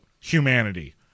humanity